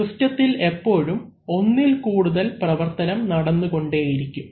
സിസ്റ്റത്തിൽ എപ്പോഴും ഒന്നിൽ കൂടുതൽ പ്രവർത്തനം നടന്നുകൊണ്ടേയിരിക്കും